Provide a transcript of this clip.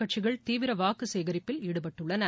கட்சிகள் தீவிர வாக்குசேகரிப்பில் ஈடுபட்டுள்ளன